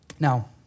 Now